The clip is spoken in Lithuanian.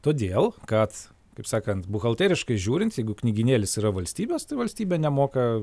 todėl kad kaip sakant buhalteriškai žiūrint jeigu knygynėlis yra valstybės tai valstybė nemoka